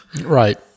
Right